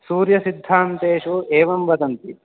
सूर्यसिद्धान्तेषु एवं वदन्ति